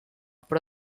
però